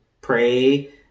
pray